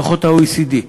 דוחות ה-OECD,